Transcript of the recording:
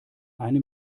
eine